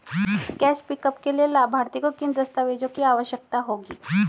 Cash pickup के लिए लाभार्थी को किन दस्तावेजों की आवश्यकता होगी?